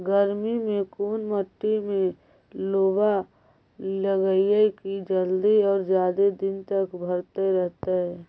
गर्मी में कोन मट्टी में लोबा लगियै कि जल्दी और जादे दिन तक भरतै रहतै?